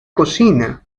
cocina